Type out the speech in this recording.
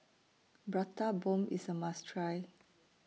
Prata Bomb IS A must Try